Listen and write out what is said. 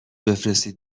بفرستین